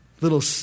little